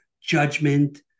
judgment